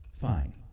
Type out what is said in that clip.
fine